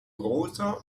großer